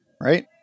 right